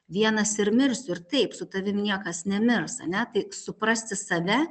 vienas ir mirsiu ir taip su tavim niekas nemirs ane tai suprasti save